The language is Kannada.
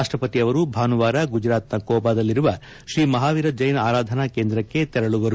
ರಾಷ್ಲಪತಿ ಅವರು ಭಾನುವಾರ ಗುಜರಾತಿನ ಕೋಬಾದಲ್ಲಿರುವ ಶ್ರೀ ಮಹಾವೀರ ಜೈನ್ ಆರಾಧನಾ ಕೇಂದ್ರಕ್ಕೆ ತೆರಳಲಿದ್ದಾರೆ